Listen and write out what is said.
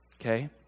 Okay